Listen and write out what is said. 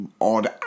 odd